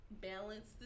balance